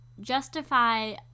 justify